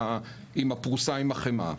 עם הפרוסה עם החמאה.